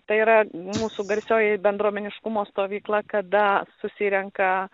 tai yra mūsų garsioji bendruomeniškumo stovykla kada susirenka